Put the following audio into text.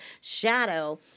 shadow